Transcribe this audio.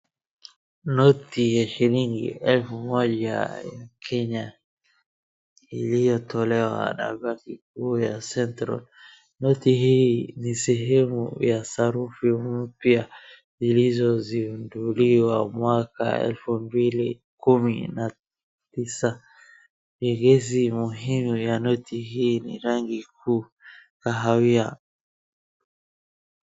Noti ya shilingi elfu moja ya Kenya iliyotolewa na benki kuu ya Central . Noti hii ni sehemu ya sarufu mpya zilizozinduliwa mwaka elfu mbili kumi na tisa ni hizi muhimu ya noti hii ni rangi kuu kahawia